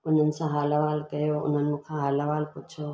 उन्हनि सां हालु अहिवालु कयो उन्हनि मूंखां हालु अहिवालु पुछो